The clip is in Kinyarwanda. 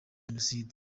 jenoside